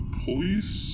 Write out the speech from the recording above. police